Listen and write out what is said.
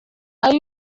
ayo